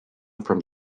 from